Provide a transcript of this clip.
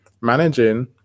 Managing